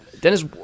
Dennis